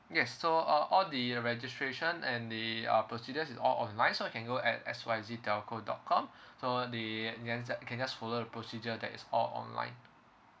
yes so uh all the registration and the uh procedures is all online so you can go at X Y Z telco dot com so the can just follow the procedures that is all online